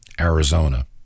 Arizona